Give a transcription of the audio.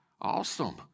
awesome